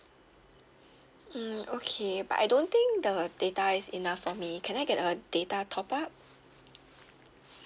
mm okay but I don't think the data is enough for me can I get a data top up